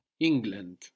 England